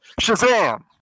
Shazam